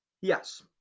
yes